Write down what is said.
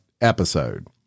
episode